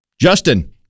Justin